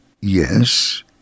Yes